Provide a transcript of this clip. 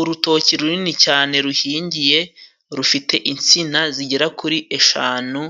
Urutoki runini cyane ruhingiye rufite insina zigera kuri eshanu.